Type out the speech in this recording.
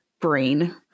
brain